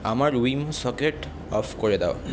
আমার Wemo socket off করে দাও